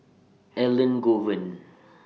Elangovan